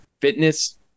fitness